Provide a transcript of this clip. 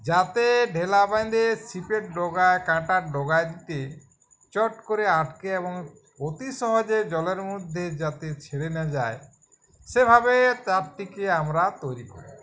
যাতে ভেলা বেঁধে ছিপের ডগায় কাঁটার ডগাতে চট করে আটকে এবং অতি সহজে জলের মধ্যে যাতে ছেড়ে না যায় সেভাবে তার থেকে আমরা তৈরি করি